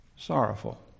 sorrowful